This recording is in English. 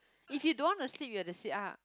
if you don't want to sleep you have to sit up